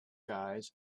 guys